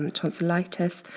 and tonsillitis.